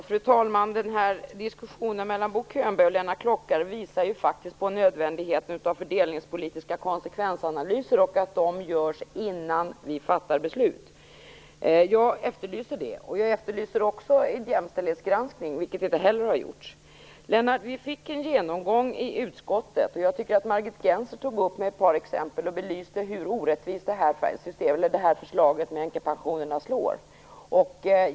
Fru talman! Diskussionen mellan Bo Könberg och Lennart Klockare visar faktiskt på nödvändigheten av att fördelningspolitiska konsekvensanalyser görs innan vi fattar beslut. Jag efterlyser det. Jag efterlyser också en jämställdhetsgranskning, som inte heller har gjorts. Lennart Klockare! Vi fick en genomgång i utskottet, och Margit Gennser tog upp ett par exempel som belyser hur orättvist förslaget beträffande änkepensionerna slår.